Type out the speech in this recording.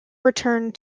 returned